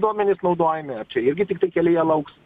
duomenys naudojami ar čia irgi tiktai kelyje lauks